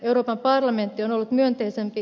euroopan parlamentti on ollut myönteisempi